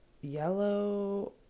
yellow